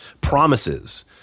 promises